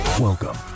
Welcome